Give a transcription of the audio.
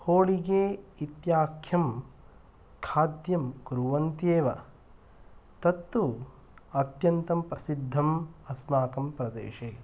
होळिगे इत्याख्यं खाद्यं कुर्वन्ति एव तत् तु अत्यन्तं प्रसिद्धम् अस्माकं प्रदेशे